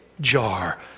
jar